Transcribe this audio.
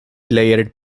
layered